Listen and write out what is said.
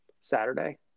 Saturday